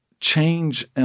change